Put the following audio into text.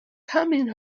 coming